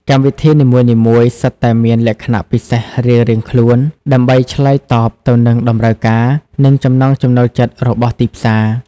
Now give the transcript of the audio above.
កម្មវិធីនីមួយៗសុទ្ធតែមានលក្ខណៈពិសេសរៀងៗខ្លួន ដើម្បីឆ្លើយតបទៅនឹងតម្រូវការ និងចំណង់ចំណូលចិត្តរបស់ទីផ្សារ។